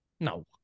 No